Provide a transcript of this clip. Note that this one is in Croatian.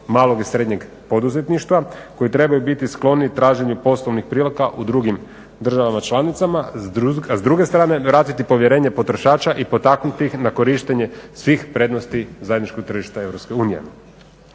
malog i srednje poduzetništva, koji trebaju biti skloni traženju poslovnih prilika u drugim državama članicama, a s druge strane vratiti povjerenje potrošača i potaknuti ih na korištenje svih prednosti zajedničkog tržišta EU.